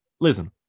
Listen